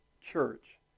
church